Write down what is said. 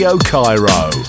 Cairo